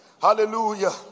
hallelujah